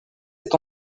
est